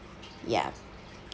ya